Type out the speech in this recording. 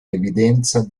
evidenza